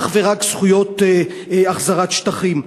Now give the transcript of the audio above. אך ורק החזרת שטחים.